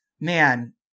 Man